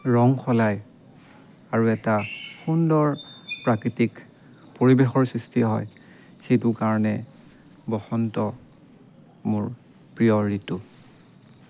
ৰং সলায় আৰু এটা সুন্দৰ প্ৰাকৃতিক পৰিবেশৰ সৃষ্টি হয় সেইটো কাৰণে বসন্ত মোৰ প্ৰিয় ঋতু